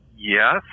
Yes